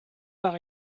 par